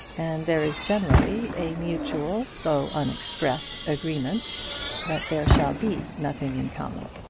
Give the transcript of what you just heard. and there is generally a mutual though unexpressed agreement that there shall be nothing in common.